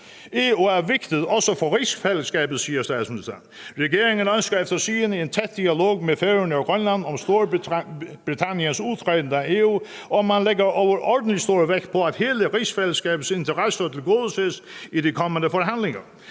EU er vigtigt, også for rigsfællesskabet, siger statsministeren. Regeringen ønsker efter sigende en tæt dialog med Færøerne og Grønland om Storbritanniens udtræden af EU, og man lægger overordentlig stor vægt på, at hele rigsfællesskabets interesser tilgodeses i de kommende forhandlinger.